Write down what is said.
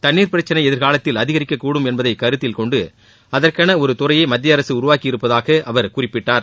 தண்ணீர் பிரக்சினை எதிர்காலத்தில் அதிகரிக்கக்கூடும் என்பதை கருத்தில் கொண்டு அதற்கென ஒரு துறையை மத்திய அரசு உருவாக்கி இருப்பதாக அவர் குறிப்பிட்டார்